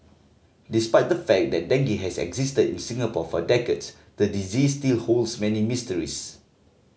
despite the fact that dengue has existed in Singapore for decades the disease still holds many mysteries